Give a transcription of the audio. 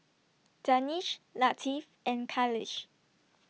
Danish Latif and Khalish